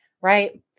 right